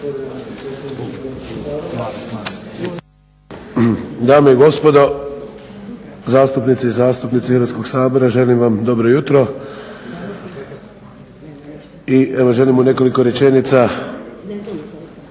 Dame i gospodo zastupnice i zastupnici Hrvatskog sabora želim vam dobro jutro i evo želim u nekoliko rečenica